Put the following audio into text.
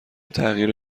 تغییر